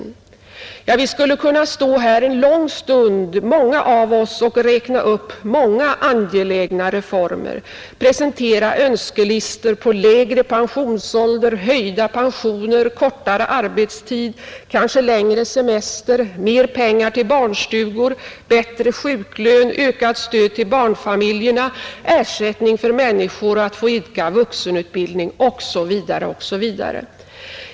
Vi skulle, många av oss, kunna stå här en lång stund och räkna upp angelägna reformer, presentera önskelistor på lägre pensionsålder, höjda pensioner, kortare arbetstid, kanske längre semester, mer pengar till barnstugor, bättre sjuklön, ökat stöd till barnfamiljerna, ersättning till människor som vill idka vuxenstudier, osv., osv.